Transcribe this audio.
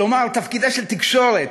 כלומר, תפקידה של תקשורת,